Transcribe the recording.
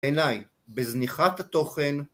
‫עיניי, בזניחת התוכן...